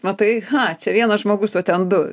matai ha čia vienas žmogus o ten du